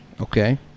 Okay